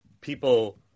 people